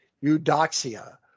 Eudoxia